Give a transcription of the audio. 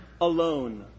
alone